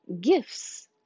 gifts